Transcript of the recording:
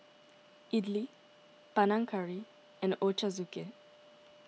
Idili Panang Curry and Ochazuke